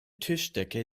tischdecke